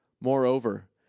Moreover